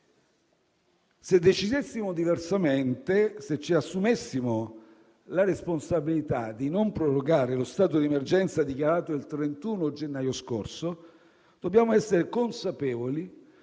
Se decidessimo diversamente, se ci assumessimo la responsabilità di non prorogare lo stato di emergenza dichiarato il 31 gennaio scorso, dobbiamo essere consapevoli